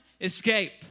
escape